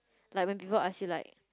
like when people ask you like